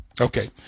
Okay